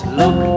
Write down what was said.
look